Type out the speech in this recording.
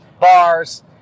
bars